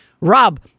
Rob